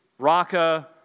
Raqqa